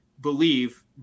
believe